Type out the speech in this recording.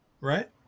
right